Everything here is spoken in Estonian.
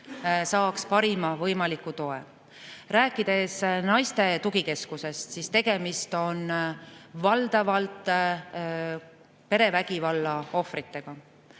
saaks parima võimaliku toe. Rääkides naiste tugikeskusest, on tegemist valdavalt perevägivalla ohvritega.